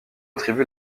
attribue